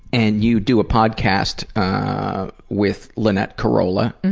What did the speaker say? and you do a podcast with lynette carolla